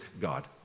God